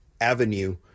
Avenue